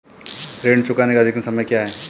ऋण चुकाने का अधिकतम समय क्या है?